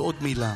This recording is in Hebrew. עוד מילה.